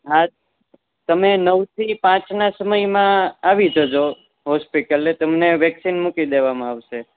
હા તમે નવથી પાંચના સમયમાં આવી જજો હોસ્પિટલે તમને વેકસીન મૂકી દેવામાં આવશે